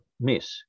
miss